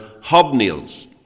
hobnails